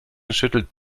schüttelt